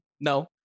No